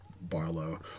Barlow